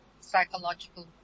psychological